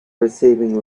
receiving